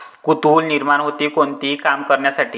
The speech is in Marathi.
कुतूहल निर्माण होते, कोणतेही काम करण्यासाठी